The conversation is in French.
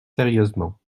sérieusement